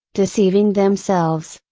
deceiving themselves,